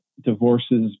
divorces